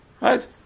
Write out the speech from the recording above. Right